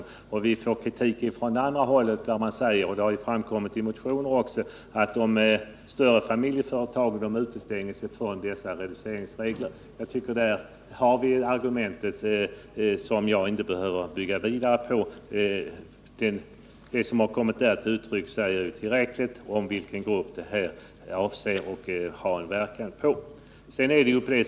Vi får ju också kritik från det andra hållet, där man säger — det har ju f. ö. framkommit också i motioner — att de större familjeföretagen utestängs från reduceringsreglerna. Jag anser att detta är argument nog, som jag inte behöver bygga vidare på. Vad som kommit fram här säger tillräckligt om vilken grupp systemet avser och vilka som får fördelar av det.